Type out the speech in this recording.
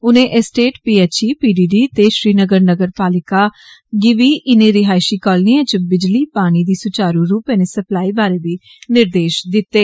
उनें state P H E P D D ते श्रीनगर नगरपालिका गी बी इने रिहाइषी कलोनियें च बिजली पानी दी सुचारू रूपै कन्नै सप्लाई बारै बी निर्देष दित्ते